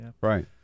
Right